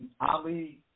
Ali